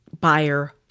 buyer